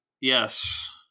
Yes